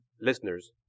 listeners